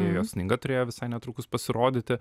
jos knyga turėjo visai netrukus pasirodyti